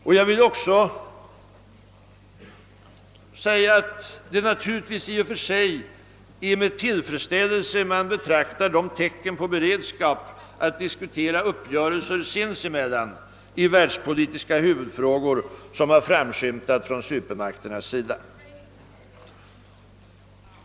Jag vill också säga att det naturligtvis i och för sig är med tillfredsställelse man betraktar de tecken på beredskap att diskutera uppgörelser sinsemellan i världspolitiska huvudfrågor som har framskymtat från supermakternas sida.